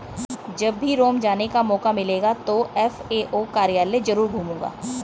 जब भी रोम जाने का मौका मिलेगा तो एफ.ए.ओ कार्यालय जरूर घूमूंगा